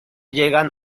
llegan